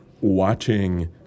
watching